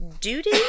duty